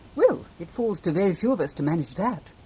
well, it falls to very few of us to manage that.